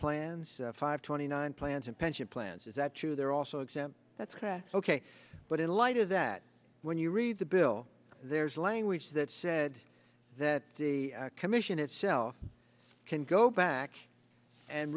plans five twenty nine plans and pension plans is that true they're also exempt that's correct ok but in light of that when you read the bill there's language that said that the commission itself can go back and